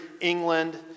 England